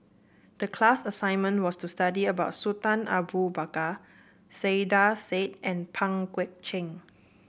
the class assignment was to study about Sultan Abu Bakar Saiedah Said and Pang Guek Cheng